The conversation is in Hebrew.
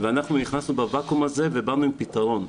ואנחנו נכנסנו בוואקום הזה ובאנו עם פתרון.